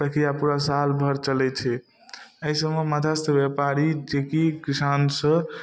प्रक्रिया पूरा साल भरि चलै छै अइ सबमे मदर्स व्यापारी जेकि किसानसँ